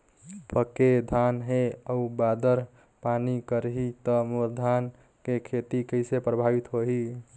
पके धान हे अउ बादर पानी करही त मोर धान के खेती कइसे प्रभावित होही?